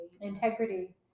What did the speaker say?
Integrity